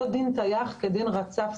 לא דין טייח כדין רצף.